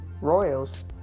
Royals